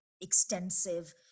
extensive